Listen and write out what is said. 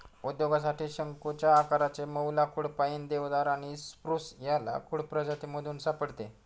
उद्योगासाठी शंकुच्या आकाराचे मऊ लाकुड पाईन, देवदार आणि स्प्रूस या लाकूड प्रजातीमधून सापडते